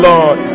Lord